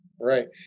Right